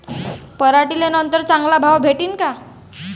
पराटीले नंतर चांगला भाव भेटीन का?